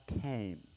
came